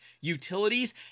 utilities